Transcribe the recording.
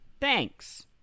thanks